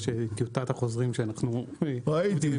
יש את טיוטת החוזרים שאנחנו --- ראיתי,